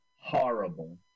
Horrible